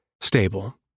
stable